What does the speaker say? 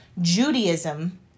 Judaism